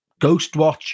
Ghostwatch